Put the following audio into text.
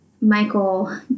Michael